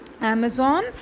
Amazon